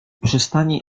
przystani